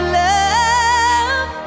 love